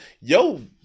Yo